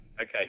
Okay